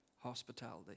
hospitality